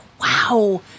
Wow